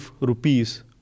rupees